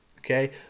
okay